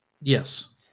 Yes